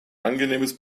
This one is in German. angenehmes